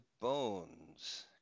bones